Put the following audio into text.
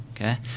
Okay